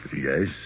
Yes